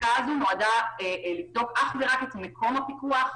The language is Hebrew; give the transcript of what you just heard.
הבדיקה נועדה לבדוק אך ורק את מקום הפיקוח,